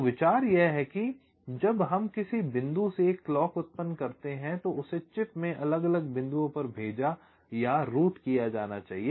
तो विचार यह है कि जब हम किसी बिंदु से एक क्लॉक उत्पन्न करते हैं तो उसे चिप में अलग अलग बिंदुओं पर भेजा या रूट किया जाना चाहिए